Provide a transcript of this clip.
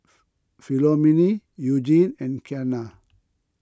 Philomene Eugenie and Kianna